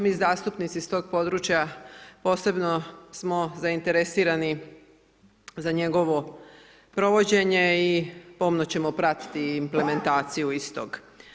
Mi zastupnici iz tog područja posebno smo zainteresirani za njegovo provođenje i pomno ćemo pratiti implementaciju istog.